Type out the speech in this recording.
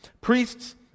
Priests